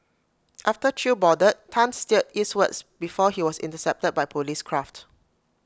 after chew boarded Tan steered eastwards before he was intercepted by Police craft